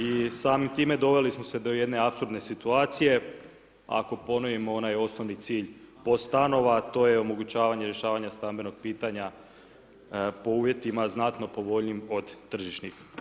I samim time doveli smo se do jedne apsurdne situacije ako ponovimo onaj osnovni cilj POS stanova a to je omogućavanje rješavanja stambenog pitanja po uvjetima znatno povoljnijim od tržišnih.